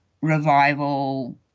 revival